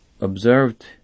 observed